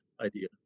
idea